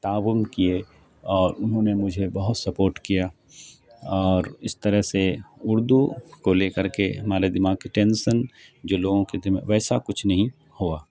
تعاون کیے اور انہوں نے مجھے بہت سپورٹ کیا اور اس طرح سے اردو کو لے کر کے ہمارے دماغ کے ٹینسن جو لوگوں کے ویسا کچھ نہیں ہوا